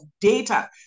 data